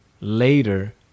later